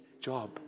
job